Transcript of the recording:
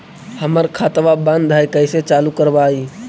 हमर खतवा बंद है कैसे चालु करवाई?